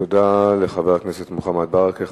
תודה לחבר הכנסת מוחמד ברכה.